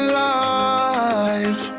life